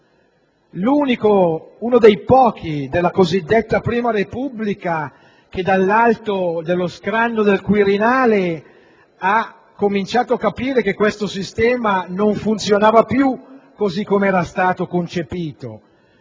campo; uno dei pochi della cosiddetta Prima Repubblica che, dall'alto dello scranno del Quirinale, ha cominciato a capire che questo sistema non funzionava più così come era stato concepito.